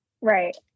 Right